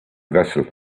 vessel